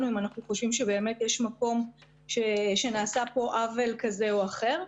אם אנחנו חושבים שבאמת יש מקום וכי נעשה כאן עוול כזה או אחר.